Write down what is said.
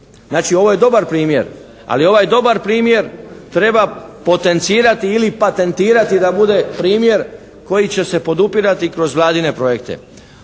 Znači, ovo je dobar primjer, ali ovaj dobar primjer treba potencirati ili patentirati da bude primjer koji će se podupirati kroz Vladine projekte.